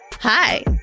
hi